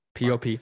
POP